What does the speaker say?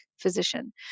physician